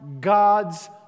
God's